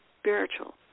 spiritual